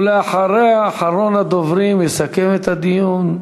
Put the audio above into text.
ואחריה, אחרון הדוברים, שיסכם את הדיון,